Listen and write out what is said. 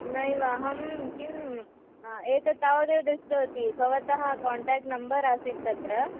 नैव अहं किम् एतत् तावदेव दृष्टवती भवतः कान्टाक्ट् नम्बर् आसीत् तत्र